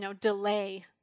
delay